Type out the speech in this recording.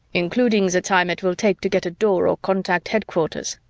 including the time it will take to get a door or contact headquarters.